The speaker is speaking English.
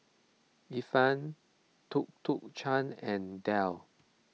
Ifan Tuk Tuk Cha and Dell